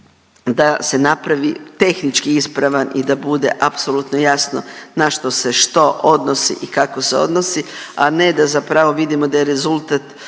da se napravi tehnički ispravan i da bude apsolutno jasno na što se što odnosi i kako se odnosi, a ne da zapravo vidimo da je rezultat